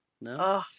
No